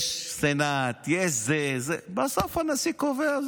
יש סנאט, יש זה, בסוף הנשיא קובע.